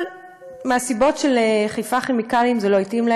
אבל מכיוון של"חיפה כימיקלים" זה לא התאים,